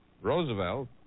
Roosevelt